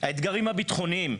האתגרים הביטחוניים,